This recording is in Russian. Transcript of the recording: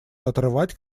отрывать